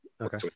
Okay